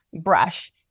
brush